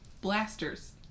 blasters